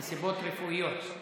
מסיבות רפואיות.